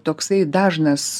toksai dažnas